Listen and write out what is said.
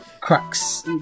cracks